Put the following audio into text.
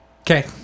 Okay